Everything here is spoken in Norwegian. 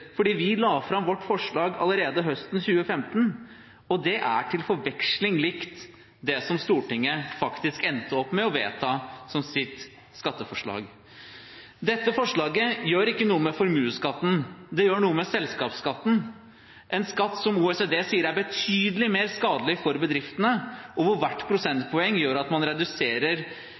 vi la fram vårt forslag allerede høsten 2015, og det er til forveksling likt det som Stortinget faktisk endte opp med å vedta som sitt skatteforslag. Dette forslaget gjør ikke noe med formuesskatten. Det gjør noe med selskapsskatten, en skatt som OECD sier er betydelig mer skadelig for bedriftene, hvor hvert prosentpoeng virker rett inn på bunnlinjen til bedriftene og gjør